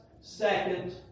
second